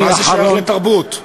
מה זה שייך לתרבות?